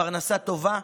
פרנסה טובה,